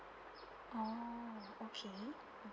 orh okay